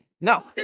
No